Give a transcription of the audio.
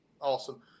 Awesome